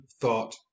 thought